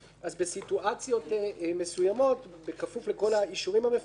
במצבים מסוימים בכפוף לכל האישורים המפורטים,